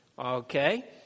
Okay